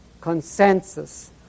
consensus